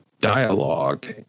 dialogue